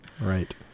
Right